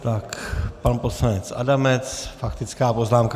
Tak pan poslanec Adamec, faktická poznámka.